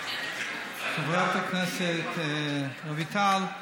חברת הכנסת רויטל,